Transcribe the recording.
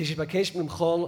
כשיבקש למחול,